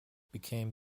became